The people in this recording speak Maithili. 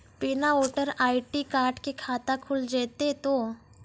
बिना वोटर आई.डी कार्ड के खाता खुल जैते तो?